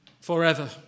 forever